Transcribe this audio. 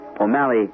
O'Malley